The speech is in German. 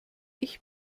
ich